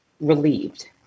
relieved